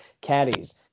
caddies